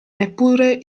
neppure